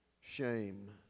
shame